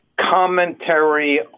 commentary